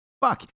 fuck